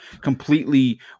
completely